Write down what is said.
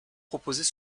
proposés